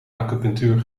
acupunctuur